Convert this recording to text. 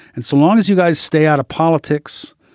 and so long as you guys stay out of politics,